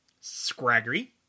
Scraggy